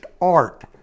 art